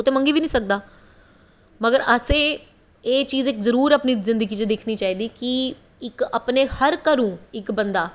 ओह् ते मंगी बी नी सकदा पर असें एह् चीज़ जरूर असें अपनी जिन्दगी च दिक्खनी चाही दी कि इक अपना हर घरों इक बंदा